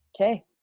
Okay